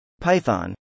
Python